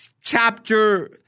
chapter